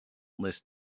list